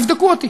תבדקו אותי.